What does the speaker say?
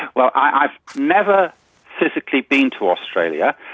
well i've never physically been to australia,